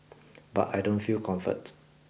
but I don't feel comfort